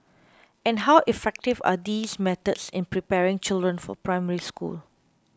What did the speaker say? and how effective are these methods in preparing children for Primary School